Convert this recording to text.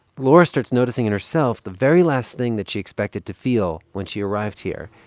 laura starts noticing in herself the very last thing that she expected to feel when she arrived here.